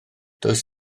does